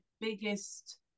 biggest